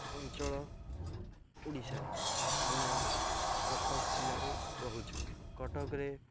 ଅଞ୍ଚଳ ଓଡ଼ିଶାରେ ଆମେ କଟକ ଜିଲ୍ଲାରେ ରହୁଛୁ କଟକରେ